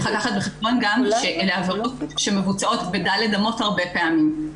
צריך לקחת בחשבון גם שאלה עבירות שמבוצעות בדלת אמות הרבה פעמים,